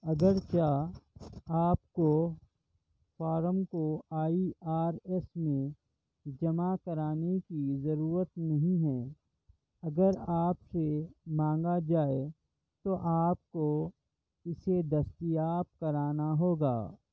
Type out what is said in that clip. اگرچہ آپ کو فارم کو آئی آر ایس میں جمع کرانے کی ضرورت نہیں ہے اگر آپ سے مانگا جائے تو آپ کو اسے دستیاب کرانا ہوگا